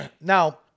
Now